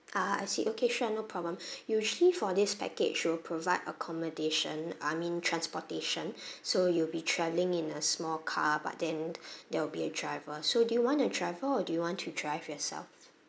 ah I see okay sure no problem usually for this package we'll provide accommodation I mean transportation so you'll be travelling in a small car but then there will be a driver so do you want a driver or do you want to drive yourself